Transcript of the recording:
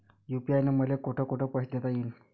UPI न मले कोठ कोठ पैसे देता येईन?